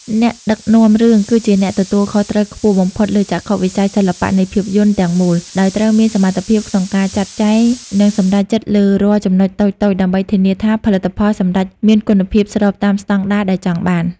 អ្នកដឹកនាំរឿងគឺជាអ្នកទទួលខុសត្រូវខ្ពស់បំផុតលើចក្ខុវិស័យសិល្បៈនៃភាពយន្តទាំងមូល ដោយត្រូវមានសមត្ថភាពក្នុងការចាត់ចែង និងសម្រេចចិត្តលើរាល់ចំណុចតូចៗដើម្បីធានាថាផលិតផលសម្រេចមានគុណភាពស្របតាមស្ដង់ដារដែលចង់បាន។